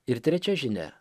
ir trečia žinia